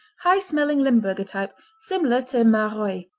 high-smelling limburger type, similar to maroilles.